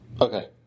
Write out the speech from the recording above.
okay